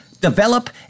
develop